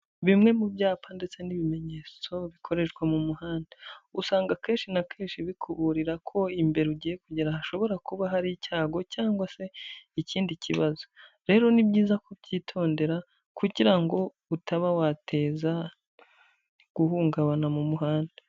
Bimwe mu byapa ndetse n'ibimenyetso bikoreshwa mu muhanda, usanga akenshi na kenshi bikuburira ko imbere ugiye kugera hashobora kuba hari icyago cyangwa se ikindi kibazo, rero ni byiza kubyitondera kugira ngo utaba wateza, guhungabana mu muhanda.